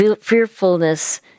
Fearfulness